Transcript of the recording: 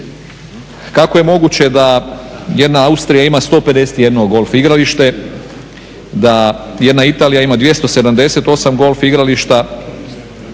kako je moguće da jedna Austrija ima 151 golf igralište, da jedna Italija ima 278 golf igrališta,